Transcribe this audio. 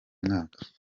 mwaka